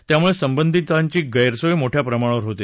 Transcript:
त्यामुळे संबंधितांची गर्खीय मोठ्या प्रमाणात होते